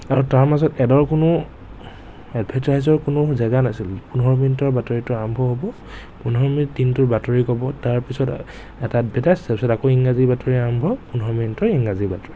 আৰু তাৰ মাজত এডৰ কোনো এডভাৰ্তাইজৰ কোনো জেগা নাছিলে পোন্ধৰ মিনিটৰ বাতৰিটো আৰম্ভ হ'ব পোন্ধৰ মিনিট দিনটোৰ বাতৰি ক'ব তাৰ পিছত এটা এডভাৰটাইজ তাৰ পিছত আকৌ ইংৰাজীৰ বাতৰি আৰম্ভ পোন্ধৰ মিনিটৰ ইংৰাজীৰ বাতৰি